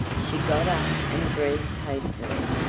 she got up and dressed hastily,